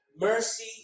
mercy